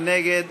מי נגד?